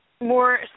more